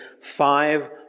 five